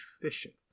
efficient